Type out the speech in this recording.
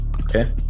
Okay